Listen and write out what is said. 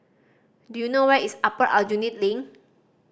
do you know where is Upper Aljunied Link